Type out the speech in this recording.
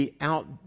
out